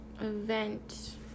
event